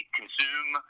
consume